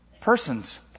persons